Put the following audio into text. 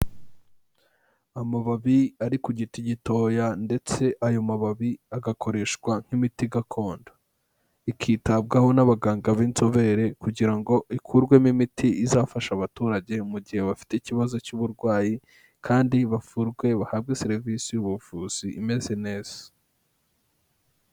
Amababi ari ku giti gitoya ndetse ayo mababi agakoreshwa nk'imiti gakondo, ikitabwaho n'abaganga b'inzobere kugira ngo ikurwemo imiti izafasha abaturage mu gihe bafite ikibazo cy'uburwayi kandi bavurwe bahabwe serivisi y'ubuvuzi imeze neza.